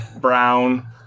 brown